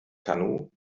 kanu